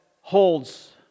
holds